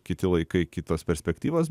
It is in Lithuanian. kiti laikai kitos perspektyvos